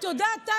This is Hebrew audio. את יודעת,